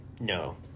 No